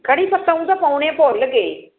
ਕੜ੍ਹੀ ਪੱਤਾ ਊਂ ਤਾਂ ਪਾਉਣੇ ਭੁੱਲ ਗਏ